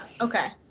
okay